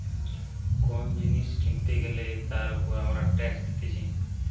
কোন জিনিস কিনতে গ্যালে তার উপর আমরা ট্যাক্স দিতেছি